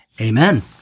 Amen